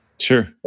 Sure